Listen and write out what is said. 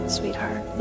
sweetheart